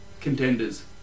contenders